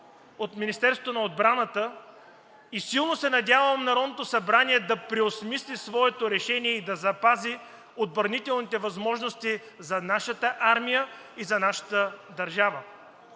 от Министерството на отбраната. Силно се надявам Народното събрание да преосмисли своето решение и да запази отбранителните възможности за нашата армия и за нашата държава.